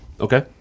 Okay